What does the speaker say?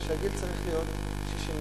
שהגיל צריך להיות 67,